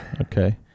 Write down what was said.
Okay